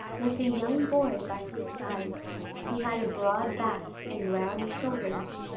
with a young boy by his side he had a broad back and round shoulders,